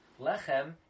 Lechem